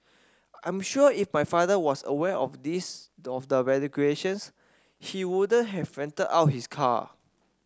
I'm sure if my father was aware of this the of the regulations he wouldn't have rented out his car